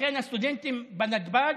לכן הסטודנטים בנתב"ג,